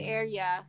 area